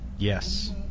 Yes